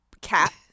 cat